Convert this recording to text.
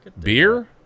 beer